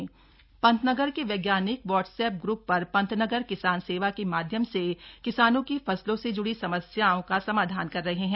पंतनगर किसान सेवा पंतनगर के वैज्ञानिक व्हाट्स एप ग्र्प पर पंतनगर किसान सेवा के माध्यम से किसानों की फसलों से ज्ड़ी समस्याओं समाधान कर रहे हैं